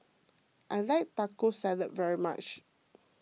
I like Taco Salad very much